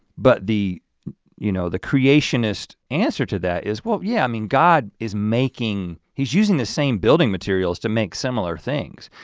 but the you know the creationist answer to that is well yeah, i mean god is making he's using the same building materials to make similar things.